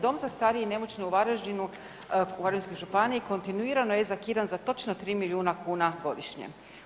Dom za starije i nemoćne u Varaždinu, u Varaždinskoj županiji, kontinuirano je zakidan za točno 3 milijuna kuna godišnje.